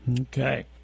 Okay